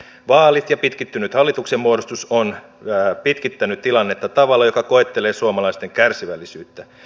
vaalit ja pitkittynyt hallituksen muodostus on pitkittänyt tilannetta tavalla joka koettelee suomalaisten kärsivällisyyttä